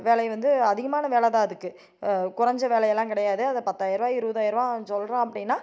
வேலை வந்து அதிகமான வேலைதான் அதுக்கு குறைஞ்ச வேலையெல்லாம் கிடையாது அதை பத்தாயிரருபாய் இருபதாயிரருவா அவன் சொல்கிறான் அப்படினா